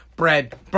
Bread